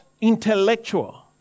intellectual